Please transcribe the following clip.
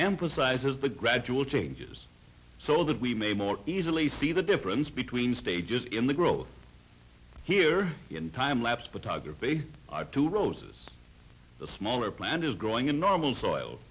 emphasizes the gradual changes so that we may more easily see the difference between stages in the growth here in time lapse photography to rosa's the smaller plant is growing in normal soil